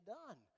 done